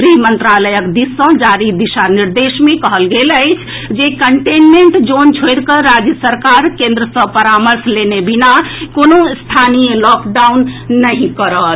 गृह मंत्रालयक दिस सँ जारी निर्देश मे कहल गेल अछि जे कंटेनमेंट जोन छोड़िकऽ राज्य सरकार केंद्र सँ परामर्श लेने बिना कोनो स्थानीय मे लॉकडाउन नहि करत